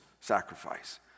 sacrifice